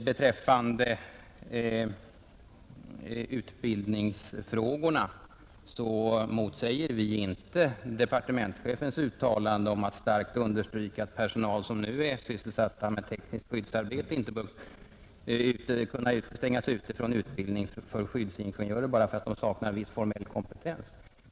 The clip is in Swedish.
Beträffande utbildningsfrågorna motsäger vi inte departementschefens uttalande, som starkt understryker att personal som nu är sysselsatt med tekniskt skyddsarbete inte bör kunna stängas ute från utbildning för skyddsingenjörer bara för att de saknar viss formell kompetens.